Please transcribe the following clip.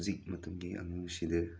ꯍꯧꯖꯤꯛ ꯃꯇꯝꯒꯤ ꯑꯉꯥꯡꯁꯤꯗ